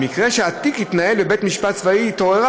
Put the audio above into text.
במקרה שהתיק התנהל בבית-משפט צבאי התעוררה